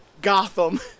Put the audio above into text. Gotham